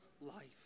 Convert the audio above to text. life